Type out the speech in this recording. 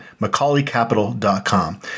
MacaulayCapital.com